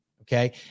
Okay